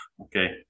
okay